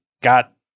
got